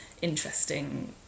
interesting